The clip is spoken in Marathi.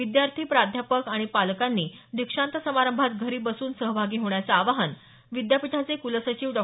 विद्यार्थी प्राध्यापक आणि पालकांनी दीक्षान्त समारंभात घरी बसून सहभागी होण्याचं आवाहन विद्यापीठाचे क्लसचिव डॉ